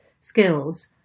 skills